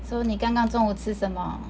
so 你刚刚中午吃什么